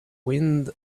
wind